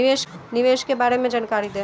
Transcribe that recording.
निवेश के बारे में जानकारी दें?